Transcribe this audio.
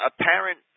apparent